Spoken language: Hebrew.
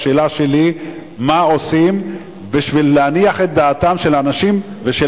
השאלה שלי היא מה עושים בשביל להניח את דעתם של אנשים ושל